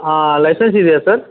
ಹಾಂ ಲೈಸೆನ್ಸ್ ಇದೆಯಾ ಸರ್